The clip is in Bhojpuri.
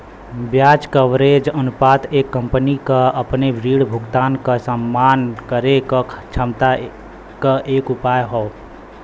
ब्याज कवरेज अनुपात एक कंपनी क अपने ऋण भुगतान क सम्मान करे क क्षमता क एक उपाय हौ